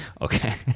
Okay